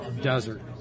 desert